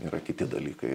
yra kiti dalykai